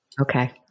Okay